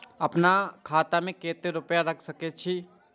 आपन खाता में केते रूपया रख सके छी?